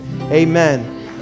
Amen